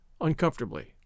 uncomfortably